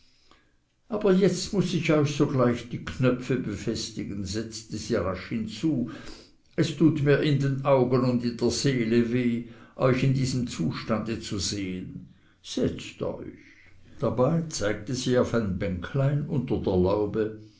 aber jetzt muß ich euch sogleich die knöpfe befestigen setzte sie rasch hinzu es tut mir in den augen und in der seele weh euch in diesem zustande zu sehen setzt euch dabei zeigte sie auf ein bänklein unter der laube